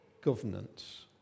governance